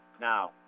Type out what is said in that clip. Now